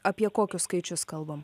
apie kokius skaičius kalbam